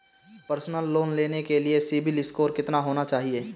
Personal loan लेने के लिए सिबिल स्कोर कितना होना चाहिए?